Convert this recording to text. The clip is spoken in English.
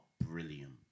brilliant